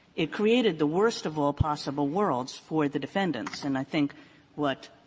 it created the worst of all possible worlds for the defendants. and i think what